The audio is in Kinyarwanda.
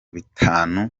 bitanu